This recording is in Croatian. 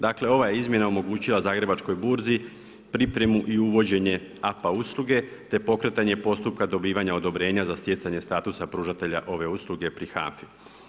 Dakle, ova je izmjena omogućila Zagrebačkoj burzi pripremu i uvođenje APA usluge, te pokretanje postupka dobivanja odobrenja za stjecanje statusa pružatelja ove usluge pri HANFA-i.